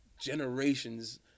generations